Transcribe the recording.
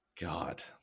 God